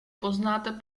poznáte